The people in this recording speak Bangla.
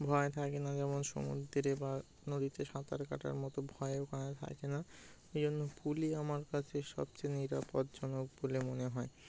ভয় থাকে না যেমন সমুদ্রে বা নদীতে সাঁতার কাটার মতো ভয় ওখানে থাকে না ওই জন্য পুলই আমার কাছে সবচেয়ে নিরাপদ্জনক বলে মনে হয়